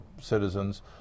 citizens